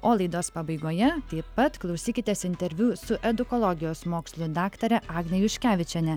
o laidos pabaigoje taip pat klausykitės interviu su edukologijos mokslų daktarė agnė juškevičienė